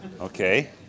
Okay